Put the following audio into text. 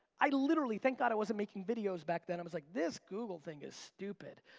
i literally, thank god i wasn't making videos back then, i was like, this google thing is stupid,